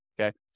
okay